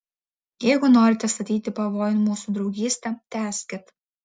jeigu norite statyti pavojun mūsų draugystę tęskit